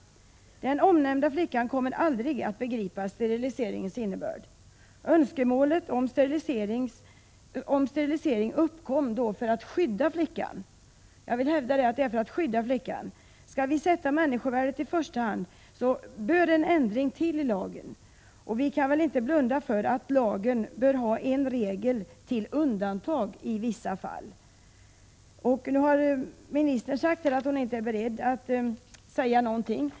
Den omnämnda flickan kommer aldrig att begripa steriliseringens innebörd. Önskemålet om sterilisering uppkom för att skydda flickan. Skall vi sätta människovärdet i första hand, bör en ändring i lagen komma till stånd. Vi kan väl inte blunda för att lagen bör ha en regel för undantag i vissa fall. Nu har ministern meddelat här att hon inte är beredd att säga någonting.